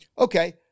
Okay